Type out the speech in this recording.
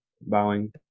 bowing